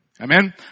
Amen